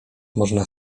można